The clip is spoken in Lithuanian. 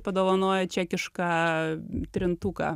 padovanojo čekišką trintuką